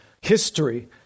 history